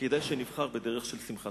כדאי שנבחר בדרך של שמחה.